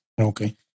Okay